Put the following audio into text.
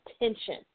attention